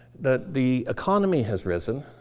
the the economy has risen.